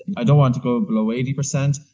i don't want to go below eighty percent,